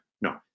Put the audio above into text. No